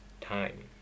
time